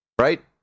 right